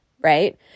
right